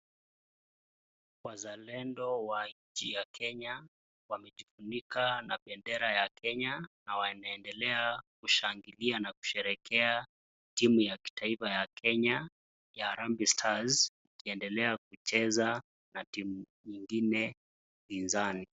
Wazalendo wa nchi ya Kenya wamejifunika na bendera ya Kenya na wanaendelea na kushangilia na kusherehekea timu ya kitaifa ya Kenya ya Harambee stars wakiendelea kucheza na timu nyingine pinzani.